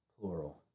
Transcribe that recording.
plural